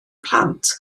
plant